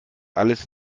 alles